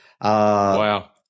Wow